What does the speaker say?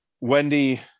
Wendy